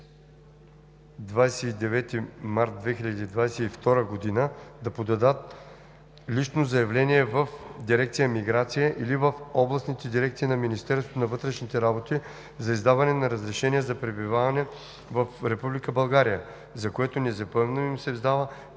29 март 2022 г. да подадат лично заявление в дирекция „Миграция“ или в областните дирекции на Министерството на вътрешните работи за издаване на разрешение за пребиваване в Република България, за което незабавно им се издава